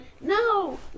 no